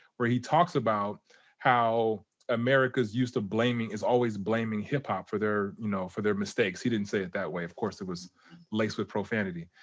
where he talks about how america's used to blaming is always blaming hip-hop for their you know for their mistakes. he didn't say it that way, of course it was laced with profanity.